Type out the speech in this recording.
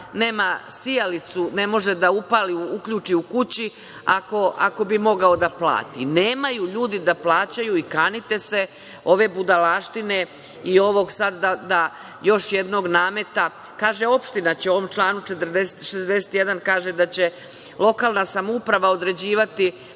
nema sijalicu, da ne može da uključi u kući, ako bi mogao da plati? Nemaju ljudi da plaćaju i kanite se ove budalaštine i ovog sada još jednog nameta. Kaže Opština će, u ovom članu 61, da će lokalna samouprava određivati